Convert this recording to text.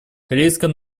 корейская